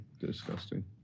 disgusting